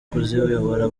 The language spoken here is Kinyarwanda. kuziyobora